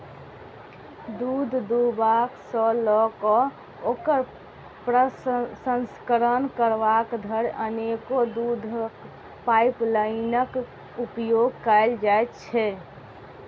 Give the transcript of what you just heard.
दूध दूहबा सॅ ल क ओकर प्रसंस्करण करबा धरि अनेको दूधक पाइपलाइनक उपयोग कयल जाइत छै